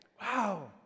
Wow